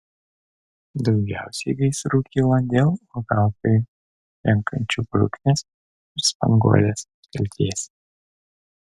daugiausiai gaisrų kilo dėl uogautojų renkančių bruknes ir spanguoles kaltės